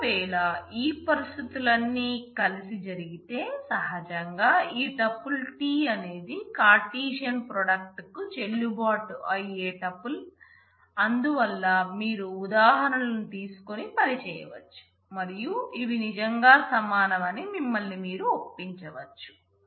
ఒకవేళ ఈ పరిస్థితులు అన్నీ కలిసి జరిగితే సహజంగా ఈ టుపుల్ కు చెల్లుబాటు అయ్యే టుపుల్ అందువల్ల మీరు ఉదాహరణలు తీసుకొని పనిచేయవచ్చు మరియు ఇవి నిజంగా సమానమని మిమ్మల్ని మీరు ఒప్పించవచ్చు